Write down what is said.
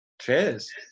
cheers